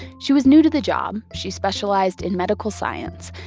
she was new to the job she specialized in medical science.